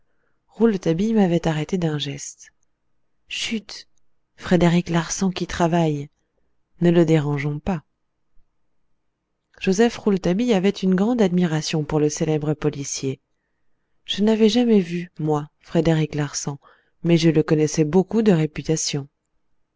rouletabille m'avait arrêté d'un geste chut frédéric larsan qui travaille ne le dérangeons pas joseph rouletabille avait une grande admiration pour le célèbre policier je n'avais jamais vu moi frédéric larsan mais je le connaissais beaucoup de réputation